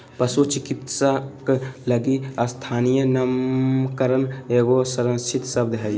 पशु चिकित्सक लगी स्थानीय नामकरण एगो संरक्षित शब्द हइ